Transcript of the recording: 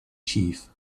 chief